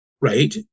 right